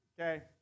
okay